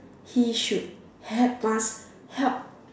he should help us help